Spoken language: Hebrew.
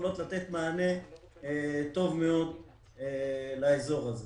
הן יכולות לתת מענה טוב מאוד לאזור הזה.